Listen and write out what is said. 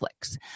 Netflix